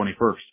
21st